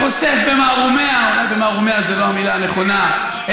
חברי הכנסת, נא לא להפריע.